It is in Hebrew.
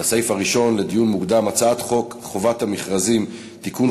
לסעיף הראשון: דיון מוקדם בהצעת חוק חובת המכרזים (תיקון,